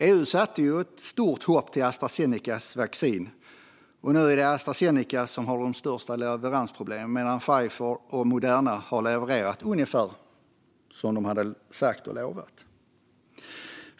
EU satte ju stort hopp till Astra Zenecas vaccin, och nu är det Astra Zeneca som har de största leveransproblemen medan Pfizer och Moderna har levererat ungefär som de sagt och lovat.